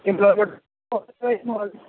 employment office ਤੋਂ ਜੀ ਬੋਲਦੇ